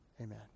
amen